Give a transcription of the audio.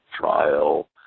trial